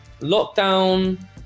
lockdown